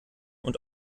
und